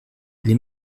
les